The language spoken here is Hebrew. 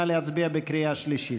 נא להצביע בקריאה שלישית.